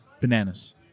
Bananas